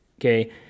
okay